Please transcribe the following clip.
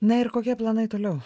na ir kokie planai toliau